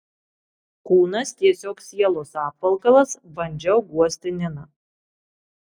kūnas tiesiog sielos apvalkalas bandžiau guosti niną